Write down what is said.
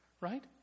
Right